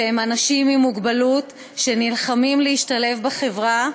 שהם אנשים עם מוגבלות שנלחמים להשתלב בחברה,